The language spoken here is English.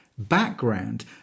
background